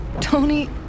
Tony